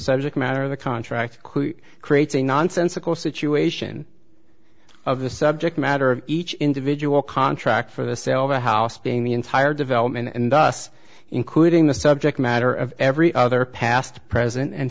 subject matter of the contract creates a nonsensical situation of the subject matter of each individual contract for the sale of a house being the entire development and thus including the subject matter of every other past present and